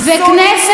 וכנסת,